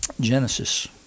genesis